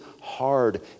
hard